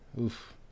oof